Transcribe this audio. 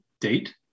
date